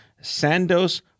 Sandoz